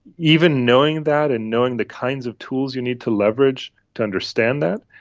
even knowing that and knowing the kinds of tools you need to leveraged to understand that,